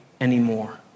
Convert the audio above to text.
anymore